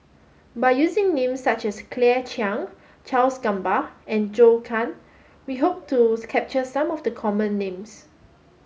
by using names such as Claire Chiang Charles Gamba and Zhou Can we hope capture some of the common names